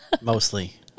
Mostly